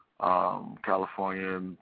California